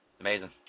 Amazing